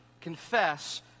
confess